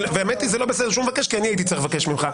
והאמת היא שזה לא בסדר שהוא מבקש כי אני הייתי צריך לבקש ממך.